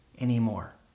anymore